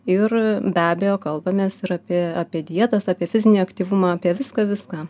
ir be abejo kalbamės ir apie apie dietas apie fizinį aktyvumą apie viską viską